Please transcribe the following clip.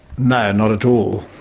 no, not at all.